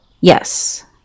Yes